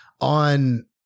on